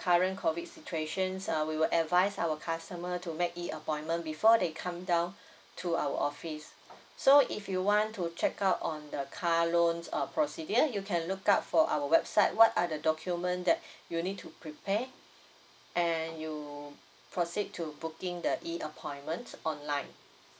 current COVID situation uh we will advise our customer to make E appointment before they come down to our office so if you want to check out on the car loan or procedure you can look out for our website what are the document that you need to prepare and you proceed to booking the E appointment online